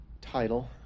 title